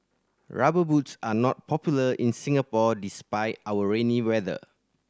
Rubber Boots are not popular in Singapore despite our rainy weather